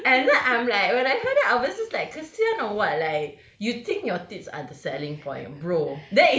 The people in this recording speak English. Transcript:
and then I'm like when I heard that I was like kesian or what like you think your tits are the selling point ah bro